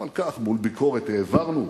גם על כך, מול ביקורת, העברנו אותו.